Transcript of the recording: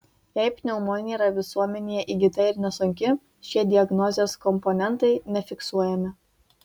jei pneumonija yra visuomenėje įgyta ir nesunki šie diagnozės komponentai nefiksuojami